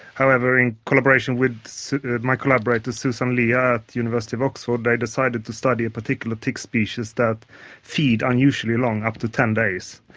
however, in collaboration with so my collaborator, susan lea at the university of oxford, i decided to study a particular tick species that feed unusually long, up to ten days.